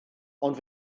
ond